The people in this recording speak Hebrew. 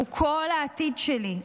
הוא כל העתיד שלי.